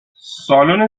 سالن